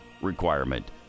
requirement